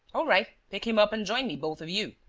all right, pick him up and join me, both of you.